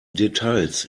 details